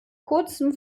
kurzem